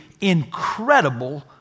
incredible